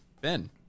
Ben